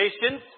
patience